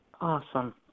awesome